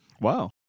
Wow